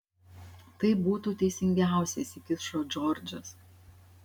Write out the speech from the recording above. tai būtų teisingiausia įsikišo džordžas